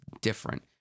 different